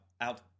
out